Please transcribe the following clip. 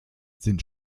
sind